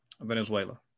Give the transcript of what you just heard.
Venezuela